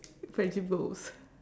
friendship goals